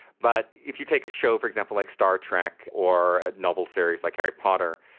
but if you take a show, for example, like star trek or a novel series like harry potter,